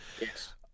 Yes